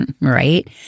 Right